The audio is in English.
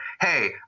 hey